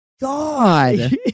God